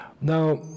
Now